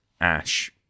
Ash